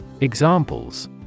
Examples